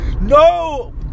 No